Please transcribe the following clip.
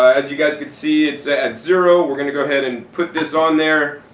as you guys can see it's at zero, we're going to go ahead and put this on there.